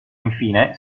infine